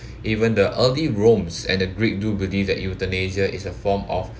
even the early romes and the greek do believe that euthanasia is a form of